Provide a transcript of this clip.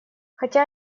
хотя